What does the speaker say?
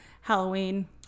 Halloween